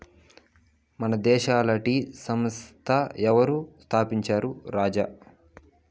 మన దేశంల టీ సంస్థ ఎవరు స్థాపించారు రాజా